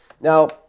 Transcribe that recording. Now